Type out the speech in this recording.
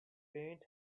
faint